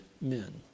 men